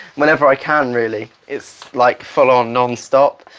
whenever i can, really. it's, like, full-on, non-stop.